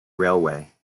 railway